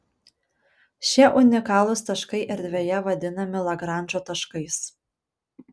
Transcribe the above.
šie unikalūs taškai erdvėje vadinami lagranžo taškais